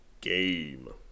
game